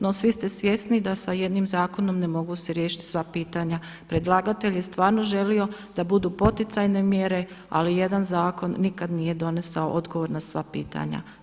No svi ste svjesni da sa jednim zakonom ne mogu se riješiti sva pitanja predlagatelja i stvarno želio da budu poticajne mjere ali jedan zakon nikada nije donesao odgovor na sva pitanja.